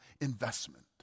investment